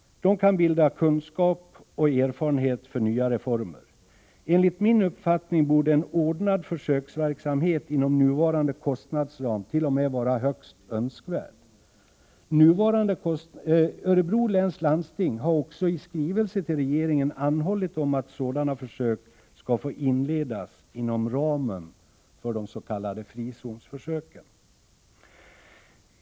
De kan ge kunskap och erfarenhet för nya reformer. Enligt min uppfattning borde en ordnad försöksverksamhet inom nuvarande kostnadsramt.o.m. vara högst önskvärd. Örebro läns landsting har också i skrivelse till regeringen anhållit om att sådana försök skall få inledas inom ramen för de s.k. frizonsförsöken.